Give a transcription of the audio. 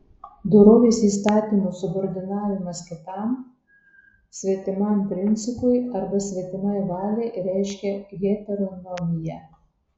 dorovės įstatymo subordinavimas kitam svetimam principui arba svetimai valiai reiškia heteronomiją